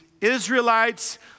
Israelites